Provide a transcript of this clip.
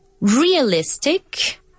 realistic